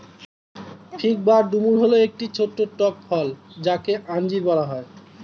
fig বা ডুমুর হল একটি ছোট্ট টক ফল যাকে আঞ্জির বলা হয়